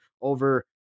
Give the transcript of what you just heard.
over